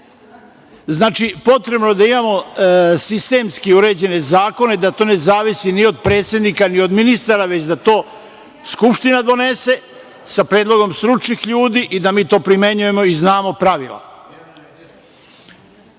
potrebno je da imamo sistemski uređene zakone, da to ne zavisi ni od predsednika, ni od ministara, već da to Skupština donese, sa predlogom stručnih ljudi i da mi to primenjujemo i znamo